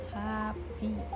happy